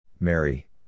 Mary